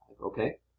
Okay